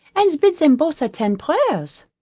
and bid them both attend prayers.